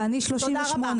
תודה רבה.